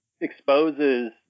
exposes